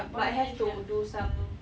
but have to do some